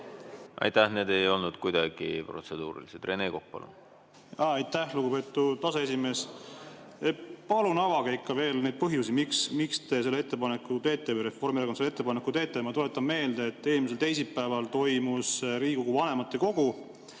Aitäh! Need ei olnud kuidagi protseduurilised. Rene Kokk, palun! Aitäh, lugupeetud aseesimees! Palun avage ikka veel neid põhjusi, miks te selle ettepaneku teete või Reformierakond selle ettepaneku teeb. Ma tuletan meelde, et eelmisel teisipäeval toimus Riigikogu vanematekogu,